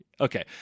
Okay